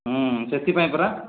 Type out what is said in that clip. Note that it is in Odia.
ହୁଁ ସେଥିପାଇଁ ପରା